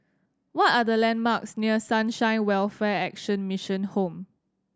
what are the landmarks near Sunshine Welfare Action Mission Home